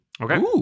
Okay